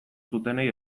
zutenei